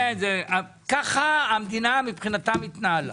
כך המדינה התנהלה מבחינתם.